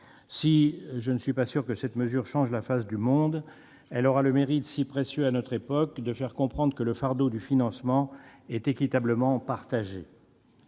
Si je doute que cette mesure change la face du monde, elle aura le mérite, si précieux à notre époque, de faire comprendre que le fardeau du financement est équitablement partagé